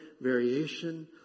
variation